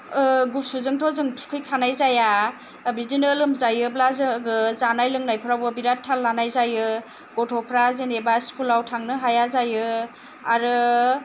गुसुजोंथ' जों थुखैखानाय जाया बिदिनो लोमजाब्ला जों जानाय लोंनायफ्रावबो बिराद थाल लानाय जायो गथ'फ्रा जेनेबा स्कुलाव थांनो हाया जायो आरो